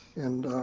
and